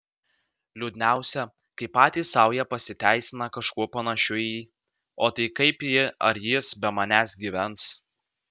liūdniausia kai patys sau jie pasiteisina kažkuo panašiu į o tai kaip ji ar jis be manęs gyvens